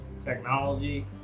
technology